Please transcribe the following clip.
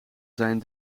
zijn